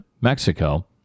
mexico